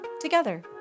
together